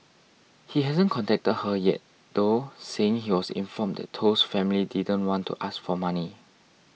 he hasn't contacted her yet though saying he was informed that Toh's family didn't want to ask for money